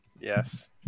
Yes